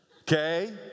Okay